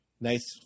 nice